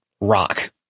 rock